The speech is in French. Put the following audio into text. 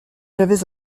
j’avais